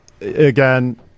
again